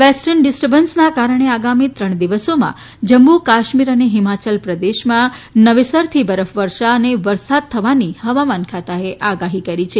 western ડિસ્ટબન્સના કારણે આગામી ત્રણ દિવસોમાં જમ્મુ કાશ્મીર અને હિમાચલ પ્રદેશમાં નવેસર બરફવર્ષા અને વરસાદ થવાની હવામાન ખાતાએ આગાહી કરી છે